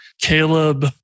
Caleb